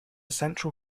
central